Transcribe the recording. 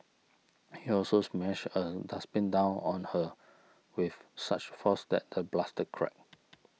he also smashed a dustbin down on her with such force that the plastic cracked